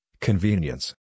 Convenience